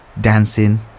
dancing